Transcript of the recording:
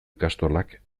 ikastolak